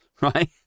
Right